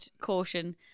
Caution